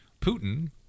Putin